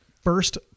first